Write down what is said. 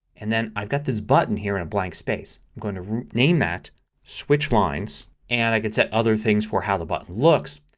and then i've got this button here in the blank space. i'm going to name that switch lines and i can set other things for how the button looks.